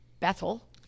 Bethel